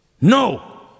No